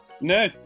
No